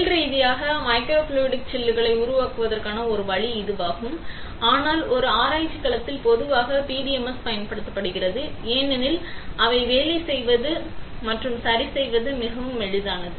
தொழில்ரீதியாக microfluidic சில்லுகளை உருவாக்குவதற்கான ஒரு வழி இதுவாகும் ஆனால் ஒரு ஆராய்ச்சி களத்தில் பொதுவாக PDMS பயன்படுத்தப்படுகிறது ஏனெனில் அவை வேலை செய்வது மற்றும் சரி செய்வது மிகவும் எளிதானது